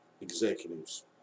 executives